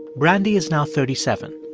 brandy is now thirty seven.